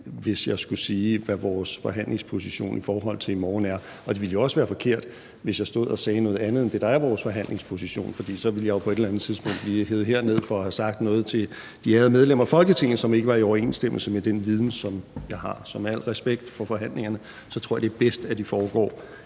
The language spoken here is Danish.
hvis jeg skulle sige, hvad vores forhandlingsposition i morgen er. Det ville jo også være forkert, hvis jeg stod og sagde noget andet end det, der er vores forhandlingsposition. For så ville jeg jo på et eller andet tidspunkt blive hevet herned for at have sagt noget til de ærede medlemmer af Folketinget, som ikke var i overensstemmelse med den viden, som jeg har. Så med al respekt for forhandlingerne tror jeg, det er bedst, at de foregår